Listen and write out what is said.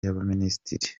y’abaminisitiri